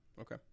okay